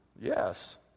Yes